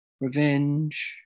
revenge